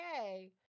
okay